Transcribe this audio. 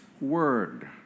word